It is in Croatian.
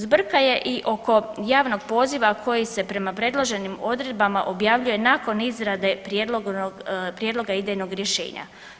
Zbrka je i oko javnog poziva koji se prema predloženim odredbama objavljuje nakon izrade prijedloga idejnog rješenja.